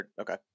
Okay